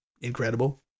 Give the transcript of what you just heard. incredible